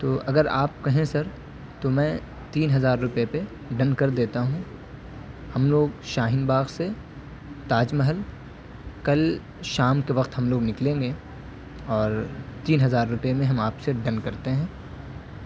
تو اگر آپ کہیں سر تو میں تین ہزار روپیے پہ ڈن کر دیتا ہوں ہم لوگ شاہین باغ سے تاج محل کل شام کے وقت ہم لوگ نکلیں گے اور تین ہزار روپیے میں ہم آپ سے ڈن کرتے ہیں